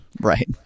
Right